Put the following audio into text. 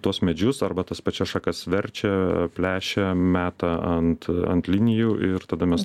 tuos medžius arba tas pačias šakas verčia plešia meta ant ant linijų ir tada mes